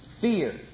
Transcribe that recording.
fear